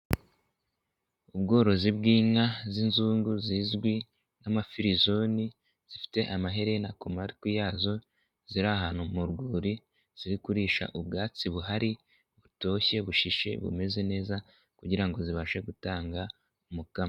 Ubworozi bw'inka z'inzungu zizwi nk'amafirizoni, zifite amaherena ku matwi yazo ziri ahantu mu rwuri, ziri kurisha ubwatsi buhari butoshye bushishe bumeze neza kugira ngo zibashe gutanga umukamo.